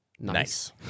Nice